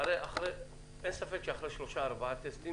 אין ספק שאחרי כישלון בארבעה טסטים